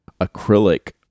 acrylic